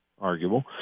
arguable